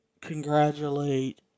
congratulate